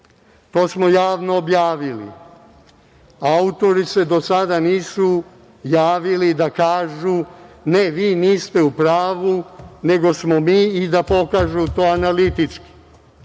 to smo javno objavili. Autori se do sada nisu javili da kažu - ne, vi niste u pravu, nego smo mi, i da pokažu to analitički. Pošto